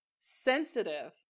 Sensitive